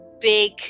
big